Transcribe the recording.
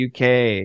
uk